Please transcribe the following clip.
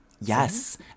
Yes